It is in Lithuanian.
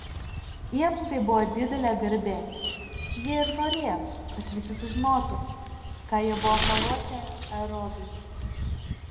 jiems tai buvo didelė garbė jie ir norėjo kad visi sužinotų ką jie buvo paruošę erodui